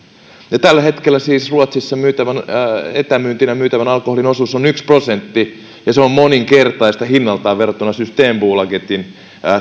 tällä hetkellä siis ruotsissa etämyyntinä myytävän alkoholin osuus on yksi prosentti ja se on moninkertaista hinnaltaan verrattuna systembolagetin